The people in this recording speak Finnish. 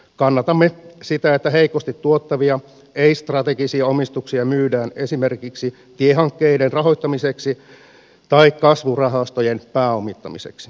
kannatamme sitä että heikosti tuottavia ei strategisia omistuksia myydään esimerkiksi tiehankkeiden rahoittamiseksi tai kasvurahastojen pääomittamiseksi